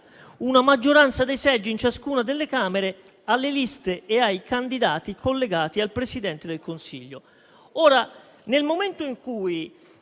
una maggioranza dei seggi in ciascuna delle Camere alle liste e ai candidati collegati al Presidente del Consiglio.